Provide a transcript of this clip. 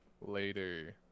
Later